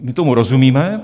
My tomu rozumíme.